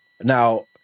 Now